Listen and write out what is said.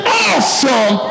awesome